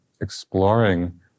exploring